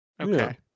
Okay